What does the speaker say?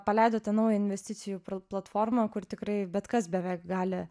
paleidote naują investicijų platformą kur tikrai bet kas beveik gali